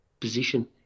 position